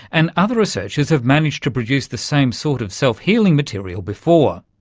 and other researchers have managed to produce the same sort of self-healing material before,